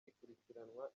ikurikiranwa